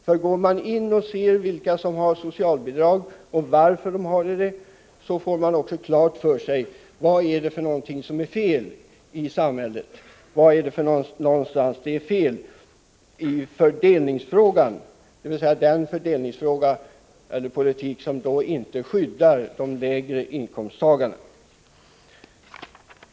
Om vi går in och ser vilka som har socialbidrag och varför de har det, får vi också klart för oss vad som är fel i samhället, var det är fel i fördelningspolitiken och vad som gör att den inte skyddar de lägre inkomsttagarna.